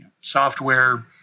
software